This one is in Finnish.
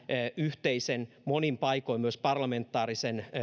yhteisen monin paikoin myös parlamentaarisen